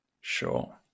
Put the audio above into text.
Sure